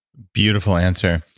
beautiful answer.